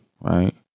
Right